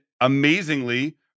amazingly